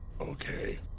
Okay